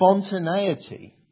Spontaneity